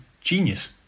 genius